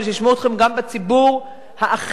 אבל שישמעו אתכם גם בציבור האחר,